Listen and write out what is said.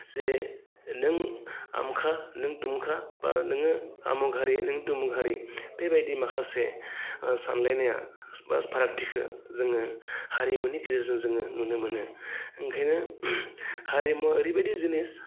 जे नों आमोखा नों तुमखा बा नोङो आमुक हारि नों तुमुक हारि बेबायदि माखासे सानलायनाया बा फारागथिखौ जोङो हारिमुनि गेजेरजों जोङो नुनो मोनो ओंखायनो हारिमुआ ओरैबायदि जिनिस